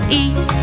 eat